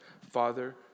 Father